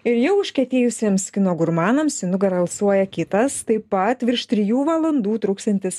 ir jau užkietėjusiems kino gurmanams į nugarą alsuoja kitas taip pat virš trijų valandų truksiantis